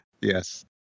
Yes